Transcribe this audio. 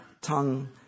tongue